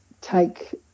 take –